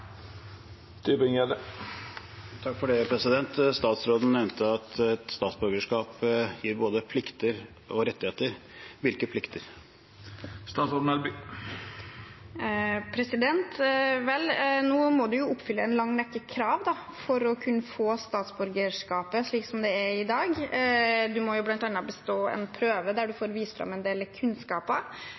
Statsråden nevnte at et statsborgerskap gir både plikter og rettigheter. Hvilke plikter? Vel, man må jo oppfylle en lang rekke krav for å kunne få statsborgerskapet, slik det er i dag. Man må bl.a. bestå en prøve der man får vist fram en del kunnskaper,